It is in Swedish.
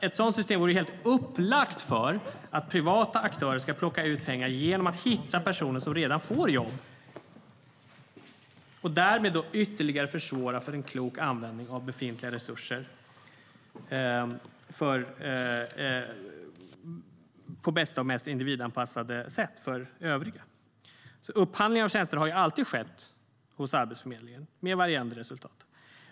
Ett sådant system vore ju helt upplagt för att privata aktörer ska plocka ut pengar genom att hitta personer som ändå får jobb, och därmed försvårar man ytterligare för en klok användning av befintliga resurser på bästa, mest individanpassade sätt. Upphandling av tjänster har ju alltid skett hos Arbetsförmedlingen, med varierande resultat, ska tilläggas.